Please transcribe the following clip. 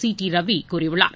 C D ரவிகூறியுள்ளார்